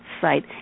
site